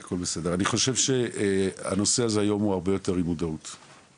אני חושב שהיום יש הרבה יותר מודעות לנושא הזה,